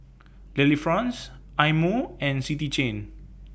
Delifrance Eye Mo and City Chain